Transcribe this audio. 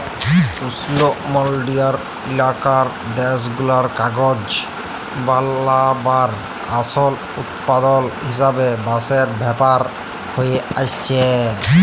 উস্লমলডলিয় ইলাকার দ্যাশগুলায় কাগজ বালাবার আসল উৎপাদল হিসাবে বাঁশের ব্যাভার হঁয়ে আইসছে